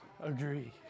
agree